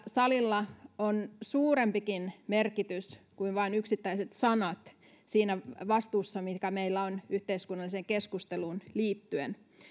salilla on suurempikin merkitys kuin vain yksittäiset sanat siinä vastuussa mikä meillä on yhteiskunnalliseen keskusteluun liittyen